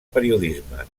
periodisme